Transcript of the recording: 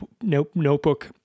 notebook